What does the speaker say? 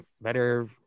Better